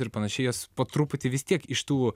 ir panašiai jas po truputį vis tiek iš tų